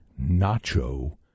nacho